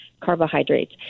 carbohydrates